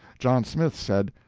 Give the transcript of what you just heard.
john smith said,